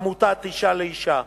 עמותת "אשה לאשה",